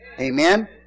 Amen